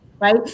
right